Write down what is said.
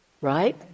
right